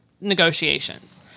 negotiations